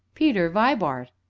peter vibart!